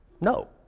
No